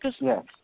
Yes